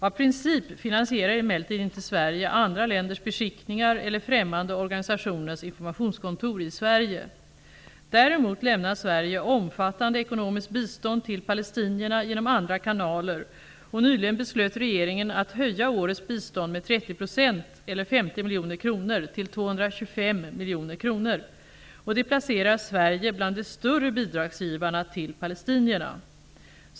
Av princip finansierar emellertid inte Sverige andra länders beskickningar eller främmande organisationers informationskontor i Sverige. Däremot lämnar Sverige omfattande ekonomiskt bistånd till palestinierna genom andra kanaler. Nyligen beslutade regeringen att höja årets bistånd med 30 %, eller 50 miljoner kronor, till 225 miljoner kronor. Det placerar Sverige bland de större bidragsgivarna till palestinierna.